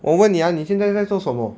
我问你 ah 你现在在做什么